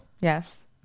Yes